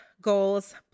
goals